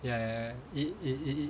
ya ya ya it it it